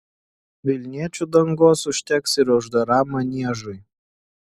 vilniečių dangos užteks ir uždaram maniežui